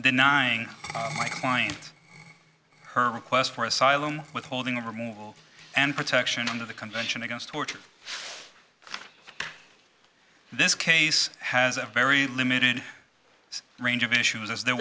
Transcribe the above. denying my client her request for asylum withholding of removal and protection under the convention against torture this case has a very limited range of issues as